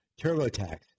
TurboTax